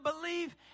believe